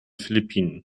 philippinen